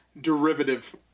derivative